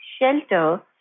shelter